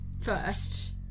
first